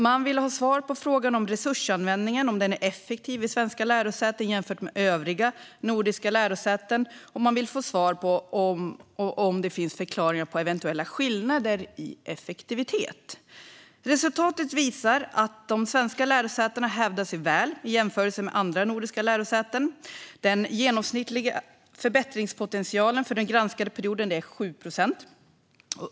Man ville ha svar på om resursanvändningen är effektiv vid svenska lärosäten jämfört med övriga nordiska lärosäten och hur eventuella skillnader i effektivitet kan förklaras. Resultatet visar att de svenska lärosätena hävdar sig väl i jämförelse med andra nordiska lärosäten. Den genomsnittliga förbättringspotentialen för den granskade perioden är 7 procent.